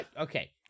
Okay